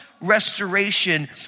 restoration